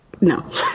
No